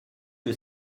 que